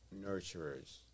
nurturers